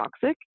toxic